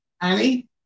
Annie